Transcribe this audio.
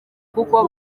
kuko